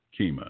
Kima